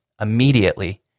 immediately